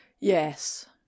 Yes